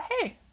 hey